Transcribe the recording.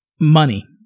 money